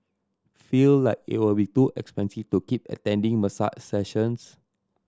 feel like it will be too expensive to keep attending massage sessions